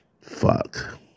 Fuck